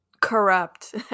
corrupt